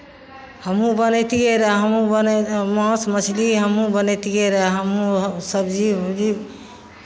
हमहूँ बनैतियै रहए हमहूँ बनै माँस मछरी हमहूँ बनैतियै रहए हमहूँ सबजी ओबजी